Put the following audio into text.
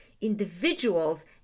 individuals